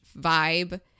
vibe